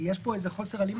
יש פה איזה חוסר הלימה.